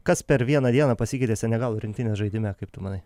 kas per vieną dieną pasikeitė senegalo rinktinės žaidime kaip tu manai